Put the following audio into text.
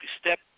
step